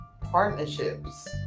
partnerships